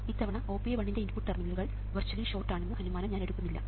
ഇത്തവണ OPA1 ന്റെ input ടെർമിനലുകൾ വെർച്വലി ഷോർട്ട് ആണെന്ന അനുമാനം ഞാൻ എടുക്കില്ല